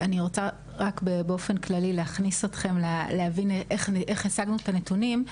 אני רוצה רק באופן כללי להכניס אתכם להבין איך השגנו את הנתונים.